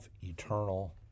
eternal